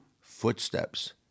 footsteps